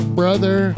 brother